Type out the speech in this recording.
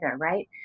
right